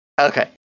Okay